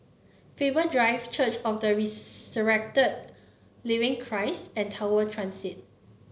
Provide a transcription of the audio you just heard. Faber Drive Church of the Resurrected Living Christ and Tower Transit